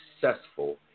successful